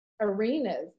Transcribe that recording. arenas